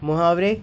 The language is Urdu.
محاورے